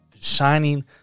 shining